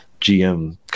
GM